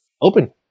open